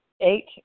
Eight